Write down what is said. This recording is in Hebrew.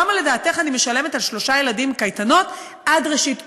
כמה לדעתך אני משלמת על שלושה ילדים לקייטנות עד ראשית אוגוסט?